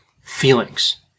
feelings